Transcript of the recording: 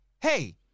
Hey